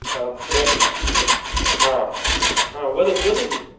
हा प्रयत्नं हा हा वदतु वदतु